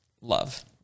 love